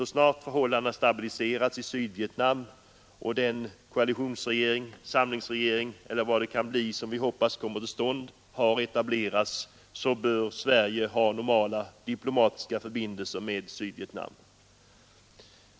Så snart förhållandena stabiliserats i Sydvietnam och den koalitionsregering, samlingsregering eller vad det kan bli som vi hoppas kommer till stånd har etablerats, bör Sverige ha normala diplomatiska förbindelser med Sydvietnam.